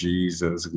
Jesus